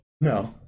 No